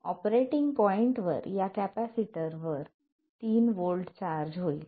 operating पॉईंटवर या capacitor वर तीन व्होल्ट चार्ज होईल